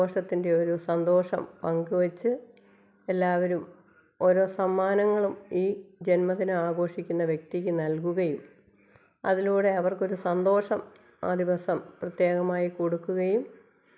ഈ ആഘോഷത്തിന്റെ ഒരു സന്തോഷം പങ്കുവെച്ച് എല്ലാവരും ഓരോ സമ്മാനങ്ങളും ഈ ജന്മദിന ആഘോഷിക്കുന്ന വ്യക്തിക്ക് നല്കുകയും അതിലൂടെ അവര്ക്കൊരു സന്തോഷം ആ ദിവസം പ്രത്യേകമായി കൊടുക്കുകയും